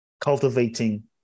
cultivating